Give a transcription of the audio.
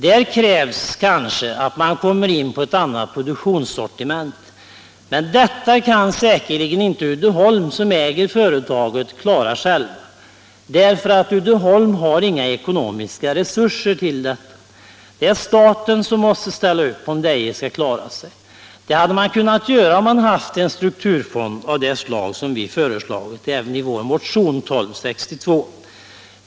Där krävs kanske att man kommer in på ett annat produktionssortiment. Men detta kan säkerligen inte Uddeholm, som äger företaget i Deje, klara själv, därför att Uddeholm har inga ekonomiska resuser till det. Det är staten som måste ställa upp om Deje skall klara sig. Det hade man kunnat göra om man haft en strukturfond av det slag som vi föreslagit i motionen 1262.